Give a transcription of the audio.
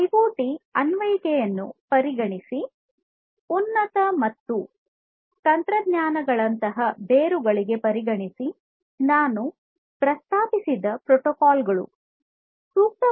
IoT ಅನ್ವಯಿಕೆಗಳನ್ನು ಪರಿಗಣಿಸಿ ಉನ್ನತ ಮತ್ತು ತಂತ್ರಜ್ಞಾನಗಳಂತಹ ಬೇರುಗಳಿಗೆ ಪರಿಗಣಿಸಿ ನಾನು ಪ್ರಸ್ತಾಪಿಸಿದ ಪ್ರೋಟೋಕಾಲ್ ಗಳಾಗಿವೆ